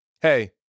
Hey